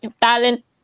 talent